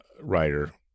writer